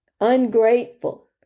ungrateful